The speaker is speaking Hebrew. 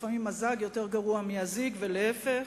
שלפעמים הזג יותר גרוע מהזיג ולהיפך,